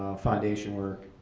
foundation work,